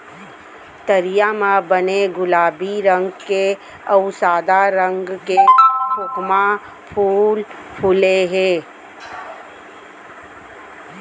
तरिया म बने गुलाबी रंग के अउ सादा रंग के खोखमा फूल फूले हे